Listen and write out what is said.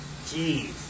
Jeez